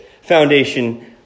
foundation